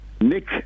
Nick